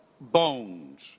bones